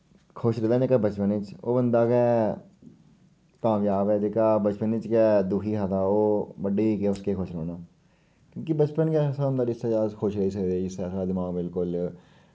खुश रेह्दा ना जेह्का बचपने च ओह बंदा गै कामयाब ऐ जेह्का बचपने च गै दुखी हा तां ओह् बड्डे होइयै केह् उस केह् खुश रौह्ना क्योंकि बचपन गै ऐसा होंदा जिसलै अस ज्यादा खुश रेही सकदे जिसलै साढ़ा दमाक बिलकुल